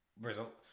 result